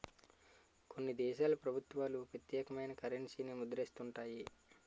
కొన్ని దేశాల ప్రభుత్వాలు ప్రత్యేకమైన కరెన్సీని ముద్రిస్తుంటాయి